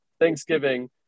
Thanksgiving